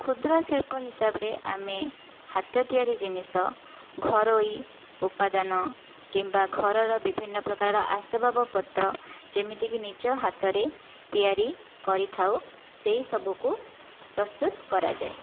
କ୍ଷୁଦ୍ର ଶିଳ୍ପ ହିସାବରେ ଆମେ ହାତ ତିଆରି ଜିନିଷ ଘରୋଇ ଉପାଦାନ କିମ୍ବା ଘରର ବିଭିନ୍ନ ପ୍ରକାରର ଆସବାବପତ୍ର ଯେମିତିକି ନିଜ ହାତରେ ତିଆରି କରିଥାଉ ସେହି ସବୁକୁ ପ୍ରସ୍ତୁତ କରାଯାଏ